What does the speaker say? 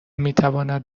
میتواند